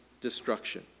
destruction